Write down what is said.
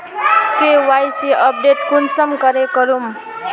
KYC update कुंसम करे करूम?